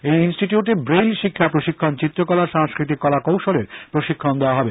এই ইনস্টিটিউটে ব্রেইল শিক্ষা প্রশিক্ষণ চিত্রকলা সাংস্কৃতিক কলা কৌশলের প্রশিক্ষণ দেওয়া হবে